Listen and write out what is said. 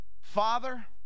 Father